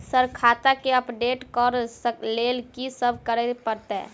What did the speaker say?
Sir खाता केँ update करऽ लेल की सब करै परतै?